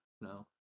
no